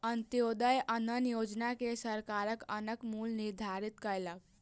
अन्त्योदय अन्न योजना में सरकार अन्नक मूल्य निर्धारित कयलक